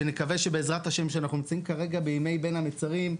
שנקווה שבעזרת השם שאנחנו נמצאים כרגע בימי בין המצרים,